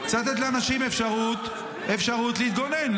צריך לתת לאנשים אפשרות להתגונן,